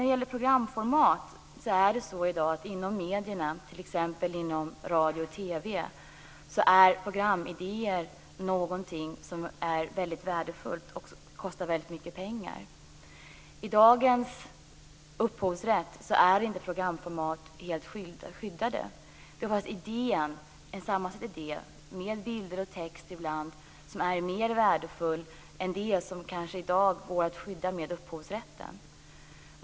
Jag går så över till programformat. Inom medierna, t.ex. radio och TV, är i dag programidéer någonting som är väldigt värdefullt och kostar väldigt mycket pengar. I dagens upphovsrätt är inte programformat helt skyddade. En sammansatt idé, med bilder och text, kan ibland vara mer värdefull än det som i dag går att skydda med upphovsrätten.